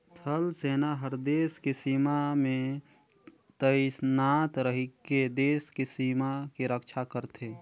थल सेना हर देस के सीमा में तइनात रहिके देस के सीमा के रक्छा करथे